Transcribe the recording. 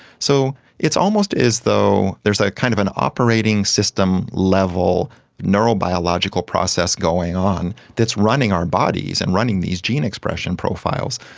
so it's almost as though there is ah kind of an operating system level neurobiological process going on that's running our bodies and running these gene expression profiles,